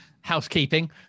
housekeeping